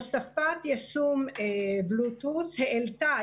הוספת יישום בלוטות' העלתה,